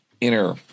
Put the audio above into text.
inner